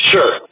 Sure